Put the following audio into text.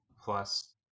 plus